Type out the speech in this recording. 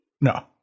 No